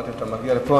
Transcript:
עד שאתה מגיע לפה,